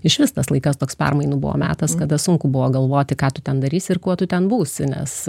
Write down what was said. išvis tas laikas toks permainų buvo metas kada sunku buvo galvoti ką tu ten darysi ir kuo tu ten būsi nes